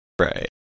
right